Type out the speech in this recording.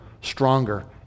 stronger